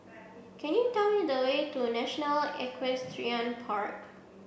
can you tell me the way to National Equestrian Park